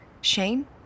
Shane